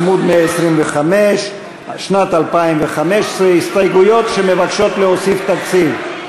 עמוד 125. שנת 2015. הסתייגויות שמבקשות להוסיף תקציב,